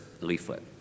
leaflet